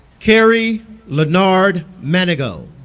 kerry leanard manago